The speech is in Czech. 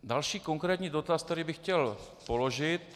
Další konkrétní dotaz, který bych chtěl položit.